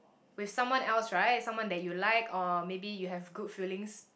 with someone else right someone that you like or maybe you have good feelings